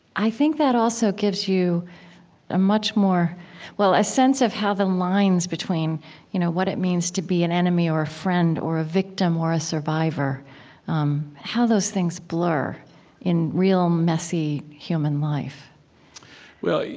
i think that also gives you a much more well, a sense of how the lines between you know what it means to be an enemy or a friend or a victim or a survivor um how those things blur in real, messy, human life well,